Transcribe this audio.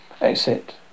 Exit